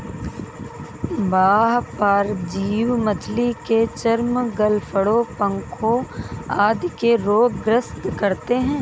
बाह्य परजीवी मछली के चर्म, गलफडों, पंखों आदि के रोग ग्रस्त करते है